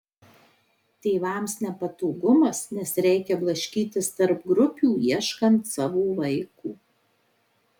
tėvams nepatogumas nes reikia blaškytis tarp grupių ieškant savo vaiko